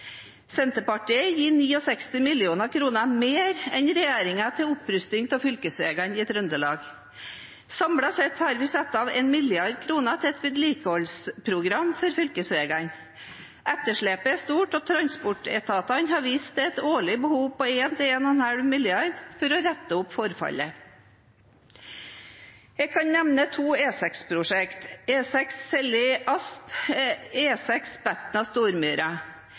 Senterpartiet gir 69 mill. kr mer enn regjeringen til opprusting av fylkesveiene i Trøndelag. Samlet sett har vi satt av 1 mrd. kr til et vedlikeholdsprogram for fylkesveiene. Etterslepet er stort, og transportetatene har vist til et årlig behov på 1–1,5 mrd. kr for å rette opp forfallet. Jeg kan nevne to